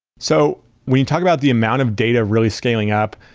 so when you talk about the amount of data really scaling up,